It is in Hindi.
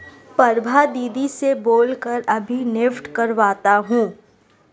प्रभा दीदी से बोल कर अभी नेफ्ट करवाता हूं